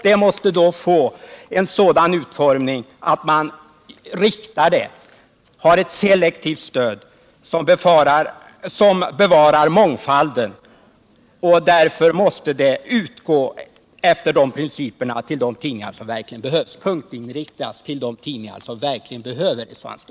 Det måste vara ett selektivt stöd som bevarar mångfalden. Därför måste det utgå efter dessa principer och punktinriktas till de tidningar som verkligen behöver stödet.